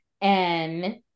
and-